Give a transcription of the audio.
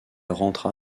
rentra